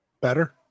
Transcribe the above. Better